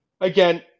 again